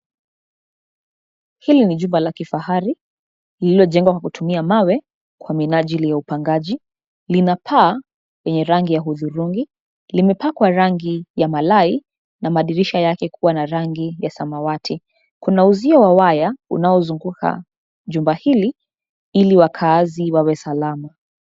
Hili ni jumba la kifahari, lililojengwa kwa kutumia mawe, kwa minajili ya upangaji, lina paa, yenye rangi ya hudhurungi, limepakwa rangi, ya malai, na madirisha yake kuwa na rangi ya samawati, kuna uzio wa waya, unaozunguka, jumba hili, ili wakaazi wawe salama.